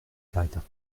caractère